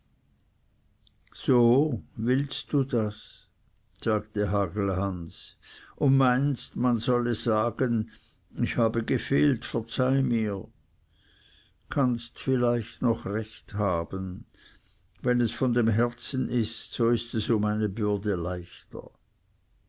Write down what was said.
so willst das sagte hagelhans und meinst man solle sagen ich habe gefehlt verzeih mir kannst vielleicht noch recht haben wenn es von dem herzen ist so ist es um eine bürde leichter